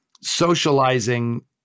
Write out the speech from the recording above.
socializing